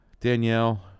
Danielle